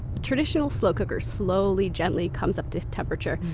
the traditional slow cooker slowly gently comes up to temperature.